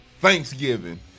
Thanksgiving